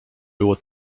było